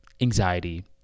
anxiety